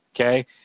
okay